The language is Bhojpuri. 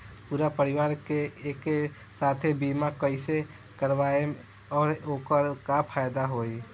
पूरा परिवार के एके साथे बीमा कईसे करवाएम और ओकर का फायदा होई?